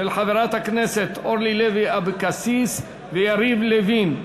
של חברי הכנסת אורלי לוי אבקסיס ויריב לוין.